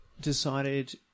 decided